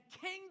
King